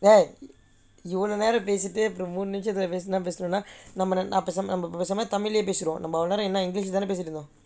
eh இவ்வளவு நேரம் பேசிட்டு மூணு நிமிஷத்தில் இந்த சமயம் தமிழே பேசுவோம் நம்ம இவ்வளவு நேரம்:ivalavu neram pesittu moonu nimishathil intha samayam tamizhai pesuvom namma ivvalavu neram english தான் பேசித்திருந்தோம்:thaan pesithirunthom